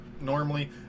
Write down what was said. Normally